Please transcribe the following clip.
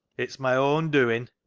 it's my own doin'.